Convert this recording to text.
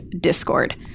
Discord